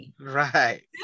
right